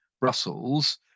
Brussels